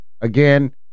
Again